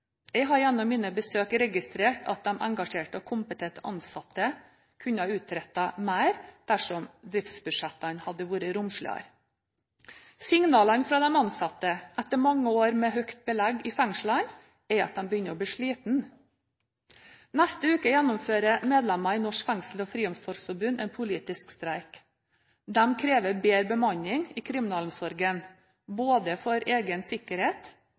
Jeg har gjennom mine besøk registrert at de engasjerte og kompetente ansatte kunne ha utrettet mer dersom driftsbudsjettene hadde vært romsligere. Signalene fra de ansatte, etter mange år med høyt belegg i fengslene, er at de begynner å bli slitne. Neste uke gjennomfører medlemmene i Norsk Fengsels- og Friomsorgsforbund en politisk streik. De krever bedre bemanning i kriminalomsorgen, både av hensyn til egen sikkerhet